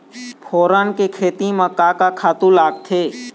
फोरन के खेती म का का खातू लागथे?